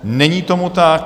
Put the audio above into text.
Není tomu tak.